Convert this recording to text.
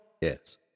Yes